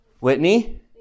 Whitney